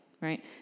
right